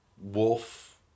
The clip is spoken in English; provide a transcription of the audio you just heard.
wolf